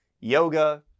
yoga